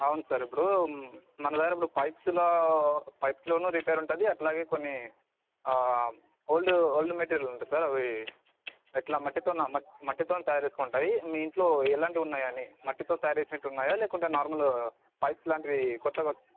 అవును సార్ ఇప్పుడు మన దగ్గర ఇప్పుడు పైప్స్లో పైప్స్ లోను రిపేర్ ఉంటుంది అట్లాగే కొన్ని ఓల్డ్ ఓల్డ్ మెటీరియల్ ఉంటుంది సార్ అది ఎట్లా మట్టి తోనీ మట్టి తోనీ తయారు చేసుంటుంది మీ ఇంట్లో ఎలాంటివి ఉన్నాయని మట్టితో తయారు చేసిట్టున్నాయా లేకుంటే నార్మల్ పైప్స్ లాంటివి కొత్తగా వచ్చిన